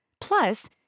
Plus